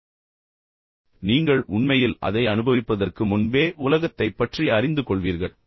அதைப் படிப்பதன் மூலம் மட்டுமே நீங்கள் உண்மையில் அதை அனுபவிப்பதற்கு முன்பே உலகத்தைப் பற்றி அறிந்து கொள்வீர்கள்